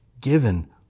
given